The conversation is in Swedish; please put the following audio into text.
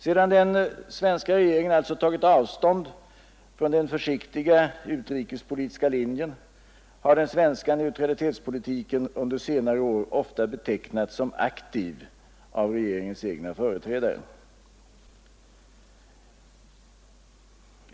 Sedan den svenska regeringen alltså tagit avstånd från den försiktiga utrikespolitiska linjen har den svenska neutralitetspolitiken under senare år ofta betecknats som aktiv av regeringens egna företrädare.